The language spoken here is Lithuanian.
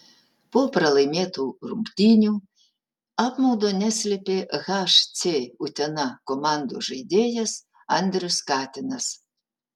po pralaimėtų rungtynių apmaudo neslėpė hc utena komandos žaidėjas andrius katinas